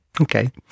Okay